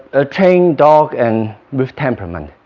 a trained dog and with temperament